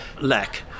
lack